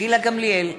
גילה גמליאל,